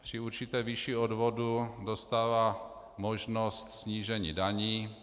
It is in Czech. Při určité výši odvodu dostává možnost snížení daní.